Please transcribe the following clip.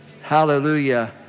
Hallelujah